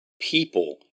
people